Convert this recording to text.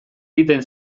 egiten